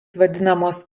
vadinamos